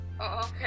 Okay